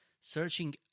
searching